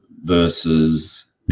versus